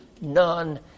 none